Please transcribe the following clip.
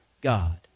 God